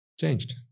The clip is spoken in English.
Changed